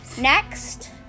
Next